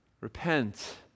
Repent